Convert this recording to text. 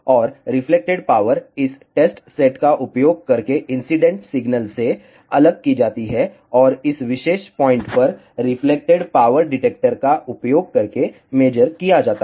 और reflected power इस test set का उपयोग करके इंसीडेंट सिग्नल से अलग की जाती है और इस विशेष पॉइंट पर रिफ्लेक्टेड पावर डिटेक्टर का उपयोग करके मेज़र किया जाता है